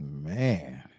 Man